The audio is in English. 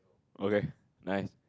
okay nice